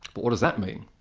but what does that mean?